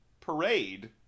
parade